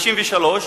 1953,